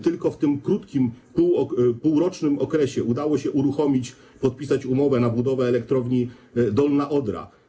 Tylko w tym krótkim, półrocznym okresie udało się uruchomić, podpisać umowę na budowę elektrowni Dolna Odra.